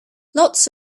lots